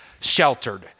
Sheltered